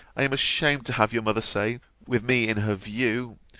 i am ashamed to have your mother say, with me in her view,